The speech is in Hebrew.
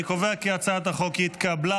אני קובע כי הצעת החוק התקבלה,